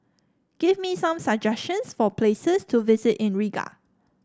give me some suggestions for places to visit in Riga